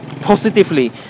positively